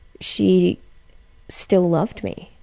she still loved me.